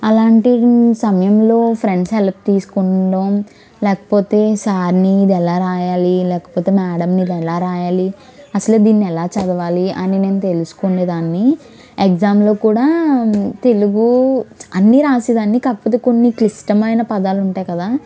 అలాంటి సమయంలో friends help తీసుకోవడం లేకపోతే సార్ని ఇది ఎలా రాయాలి లేకపోతే మేడమ్ని ఇది ఎలా రాయాలి అసలు దీన్ని ఎలా చదవాలి అని నేను తెలుసుకొనే దాన్ని ఎగ్జామ్లో కూడా తెలుగు అన్నీ రాసేదాన్ని కాకపోతే కొన్ని క్లిష్టమైన పదాలు ఉంటాయి కదా